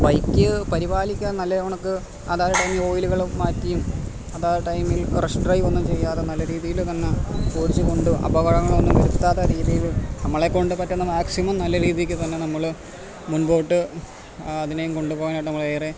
bike പരിപാലിക്കാൻ നല്ലയോണക്ക് അതായ ടൈമിൽ ഓയിലുകളും മാറ്റിയും അതായ ടൈമിൽ റഷ് ഡ്രൈവ് ഒന്നും ചെയ്യാതെ നല്ല രീതിയിൽ തന്നെ ഓടിച്ചു കൊണ്ടു അപകടങ്ങളൊന്നും വരുത്താതെ രീതിയിൽ നമ്മളെ കൊണ്ട് പറ്റുന്ന മെക്സിമം നല്ല രീതിക്കു തന്നെ നമ്മൾ മുൻപോട്ട് ആ അതിനെയും കൊണ്ടു പോകാനായിട്ട് നമ്മൾ ഏറെ